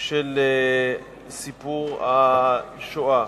של סיפור השואה?